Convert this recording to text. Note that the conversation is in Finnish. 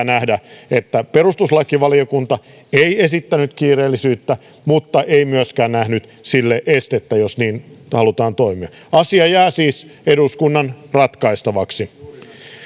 nähdä että perustuslakivaliokunta ei esittänyt kiireellisyyttä mutta ei myöskään nähnyt sille estettä jos niin halutaan toimia asia jää siis eduskunnan ratkaistavaksi